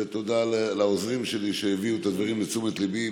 ותודה רבה לעוזרים שלי שהביאו את הדברים לתשומת ליבי,